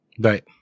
Right